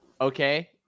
Okay